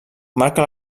marca